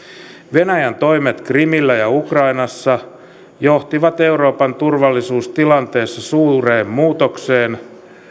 venäjän toimet krimillä ja ukrainassa johtivat euroopan turvallisuustilanteessa suureen muutokseen